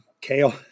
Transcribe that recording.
Kale